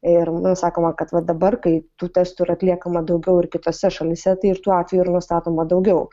ir va sakoma kad va dabar kai tų testų atliekama daugiau ir kitose šalyse tai ir tų atvejų yra nustatoma daugiau